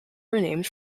renamed